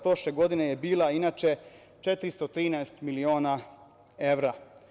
Prošle godine je bila inače 413 miliona evra.